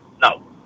No